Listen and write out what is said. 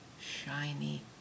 shiny